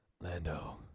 Lando